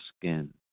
skin